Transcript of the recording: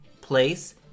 place